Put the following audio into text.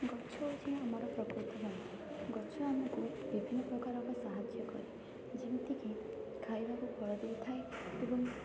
ଗଛ ହେଉଛି ଆମର ପ୍ରକୃତ ବନ୍ଧୁ ଗଛ ଆମକୁ ବିଭିନ୍ନ ପ୍ରକାରର ସାହାଯ୍ୟ କରେ ଯେମିତିକି ଖାଇବାକୁ ଫଳ ଦେଇଥାଏ ଏବଂ